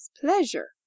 pleasure